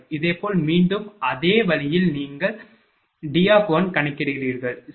இதேபோல் மீண்டும் அதே வழியில் நீங்கள் D கணக்கிடுகிறீர்கள் சரி